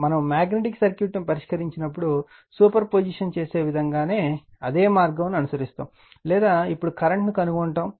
మనము మాగ్నెటిక్ సర్క్యూట్ను పరిష్కరించినప్పుడు సూపర్ పొజిషన్ చేసే విధంగానే అదే మార్గం ను అనుసరిస్తాము లేదా ఇప్పుడు కరెంట్ను కనుగొంటాము